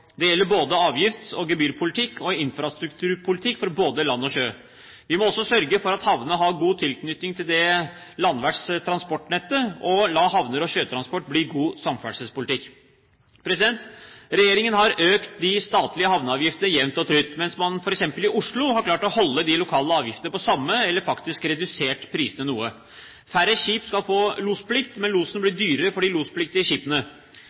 Det gjelder både avgifts- og gebyrpolitikk og infrastrukturpolitikk for både land og sjø. Vi må også sørge for at havnene har god tilknytning til det landverts transportnettet og la havner og sjøtransport bli god samferdselspolitikk. Regjeringen har økt de statlige havneavgiftene jevnt og trutt, mens man f.eks. i Oslo har klart å holde de lokale avgiftene på samme nivå eller faktisk redusert prisene noe. Færre skip skal få losplikt, men losen blir dyrere for de lospliktige skipene.